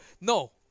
No